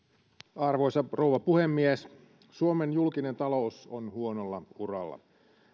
arvoisa rouva puhemies suomen julkinen talous on huonolla uralla